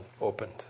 opened